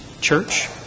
church